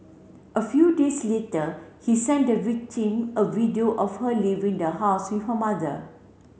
a few days later he sent the victim a video of her leaving the house with her mother